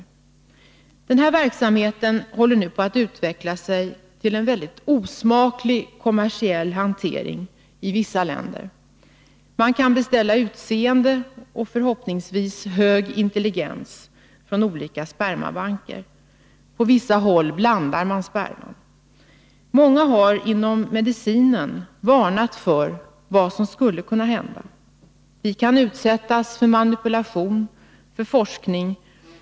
Verksamheten med insemination håller nu på att utveckla sig till en mycket osmaklig, kommersiell hantering i vissa länder. Man kan från olika spermabanker beställa sperma för att få ett speciellt utseende och, som man hoppas, hög intelligens hos barnen. I vissa fall blandar man sperma. På medicinskt håll har många varnat för vad som skulle kunna hända. Vi kan komma att utsättas för manipulation och för forskning.